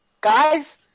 Guys